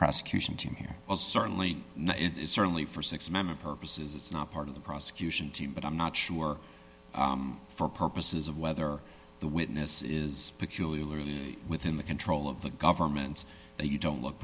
prosecution team here was certainly not it is certainly for six member purposes it's not part of the prosecution team but i'm not sure for purposes of whether the witness is peculiar within the control of the government that you don't look